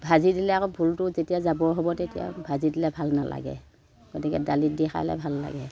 ভাজি দিলে আকৌ ভোলটো যেতিয়া জাবৰ হ'ব তেতিয়া ভাজি দিলে ভাল নালাগে গতিকে দালিত দি খালে ভাল লাগে